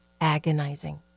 agonizing